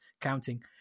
counting